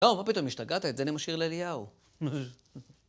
לא, מה פתאום השתגעת? את זה אני משאיר לאליהו.